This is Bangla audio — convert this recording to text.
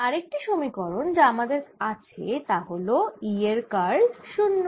আরেকটি সমীকরণ যা আমাদের আছে তা হল E এর কার্ল 0